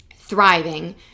thriving